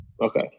Okay